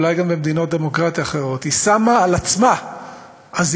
אולי גם במדינות דמוקרטיות אחרות: היא שמה על עצמה אזיקים,